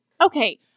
Okay